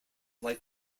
life